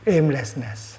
Aimlessness